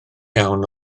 iawn